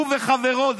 הוא וחברו,